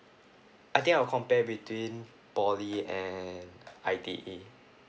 I think I'll compare between poly and I_T_E